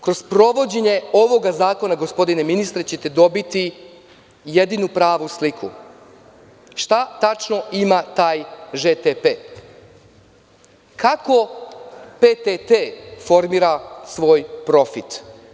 Kroz sprovođenje ovog zakona gospodine ministre, ćete dobiti jedinu pravu sliku šta tačno ima taj „ŽTP“, kako „PTT“ formira svoj profit.